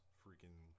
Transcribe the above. freaking